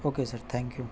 okay sir thank you